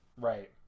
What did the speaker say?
Right